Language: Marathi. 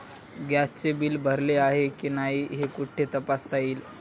गॅसचे बिल भरले आहे की नाही हे कुठे तपासता येईल?